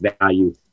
value